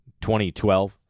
2012